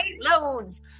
loads